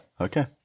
okay